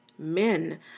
men